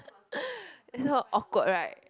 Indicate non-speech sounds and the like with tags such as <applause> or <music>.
<laughs> it's so awkward right